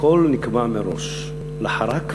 הכול נקבע מראש, לחרק ולכוכב.